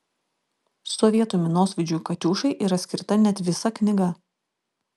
sovietų minosvaidžiui katiušai yra skirta net visa knyga